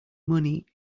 money